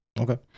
Okay